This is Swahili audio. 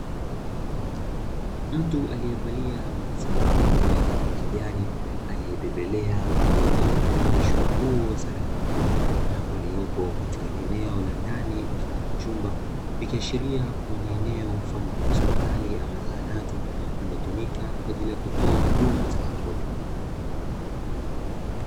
Mtu aliyevalia mavazi maalumu ya rangi ya kijani aliyebebelea mtoto aliyevishwa nguo za rangi nyeupe, waliopo katika eneo la ndani mfano wa chumba, ikiashiria kuwa ni eneo mfano wa hospitali ama zahanati, linalotumika kwa ajili ya kutoa huduma za watoto.